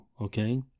okay